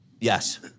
Yes